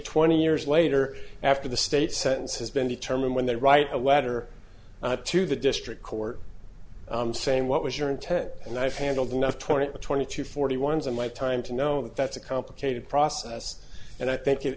twenty years later after the state sentence has been determined when they write a letter to the district court saying what was your intent and i've handled enough twenty to twenty to forty ones in my time to know that that's a complicated process and i think it